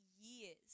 years